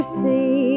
see